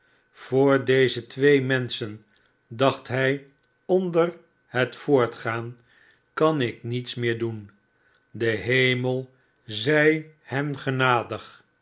voor dezq twee menschen dacht hij onder het voortgaan kan ik niets meer doen de hemel zij hen genadig